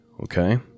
Okay